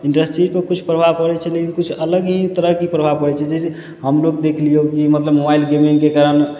industry पर किछु प्रभाब पड़ै छै लेकिन किछु अलग ही तरहके प्रभाब पड़ै छै जैसेकि हमलोग देख लियौ कि मोबाइल गेमिंगके कारण